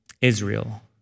Israel